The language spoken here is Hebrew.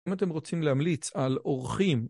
אם אתם רוצים להמליץ על עורכים...